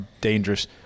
dangerous